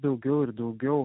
daugiau ir daugiau